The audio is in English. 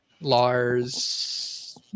Lars